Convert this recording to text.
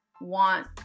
want